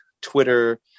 Twitter